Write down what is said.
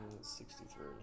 Sixty-three